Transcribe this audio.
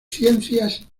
ciencias